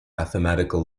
mathematical